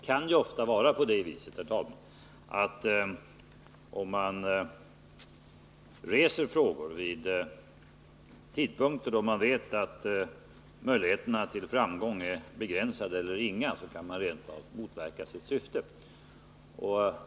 Det kan ofta vara så, herr talman, att man, om man reser frågor vid tidpunkter då möjligheterna till framgång är begränsade eller ringa, rent av kan motverka sitt syfte.